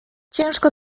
ciężko